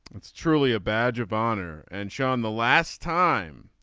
it's truly a badge of honor and sean the last time